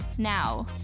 Now